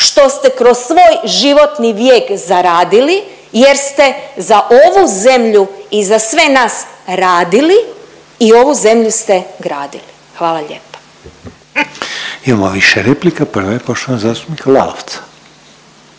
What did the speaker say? što ste kroz svoj životni vijek zaradili jer ste za ovu zemlju i za sve nas radili i ovu zemlju ste gradili. Hvala lijepa. **Reiner, Željko (HDZ)** Imamo više replika, prva je poštovanog zastupnika Lalovca.